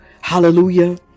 Hallelujah